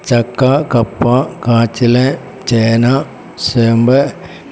ചക്ക കപ്പ കാച്ചിൽ ചേന ചേമ്പ്